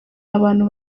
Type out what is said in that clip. abantu